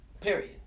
Period